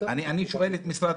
אני שואל את משרד